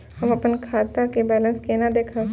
हम अपन खाता के बैलेंस केना देखब?